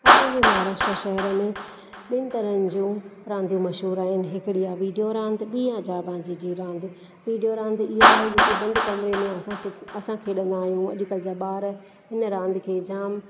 असांजे महाराष्ट्र शहर में ॿिनि तरहनि जूं रांदियूं मशहूरु आहिनि हिकिड़ी आहे वीडियो रांदि ॿी आहे जांबाजीअ जी रांदि वीडियो रांदि इहा आहे जेके बंदि कमरे में असां असां खेॾंदा आहियूं अॼुकल्ह जा ॿार हिन रांदि खे जाम